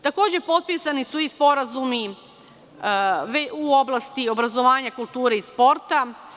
Takođe potpisani su i sporazumi u oblasti obrazovanja, kulture i sporta.